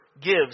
gives